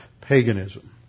paganism